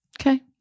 Okay